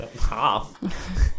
Half